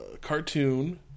cartoon